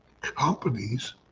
companies